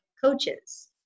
coaches